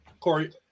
Corey